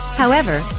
however,